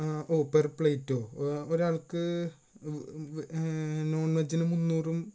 per പ്ലെയ്റ്റോ ഒരാൾക്ക് നോൺവെജിന് മുന്നൂറും